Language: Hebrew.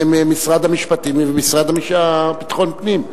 זה משרד המשפטים והמשרד לביטחון פנים.